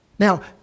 Now